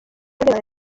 arebana